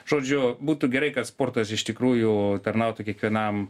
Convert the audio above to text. žodžiu būtų gerai kad sportas iš tikrųjų tarnautų kiekvienam